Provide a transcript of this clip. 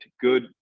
good